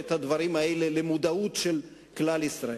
את הדברים האלה למודעות של כלל ישראל.